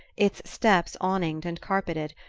its steps awninged and carpeted,